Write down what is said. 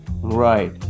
Right